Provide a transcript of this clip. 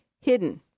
hidden